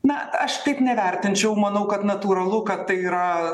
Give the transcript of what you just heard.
na aš taip nevertinčiau manau kad natūralu kad tai yra